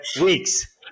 Weeks